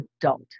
adult